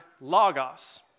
logos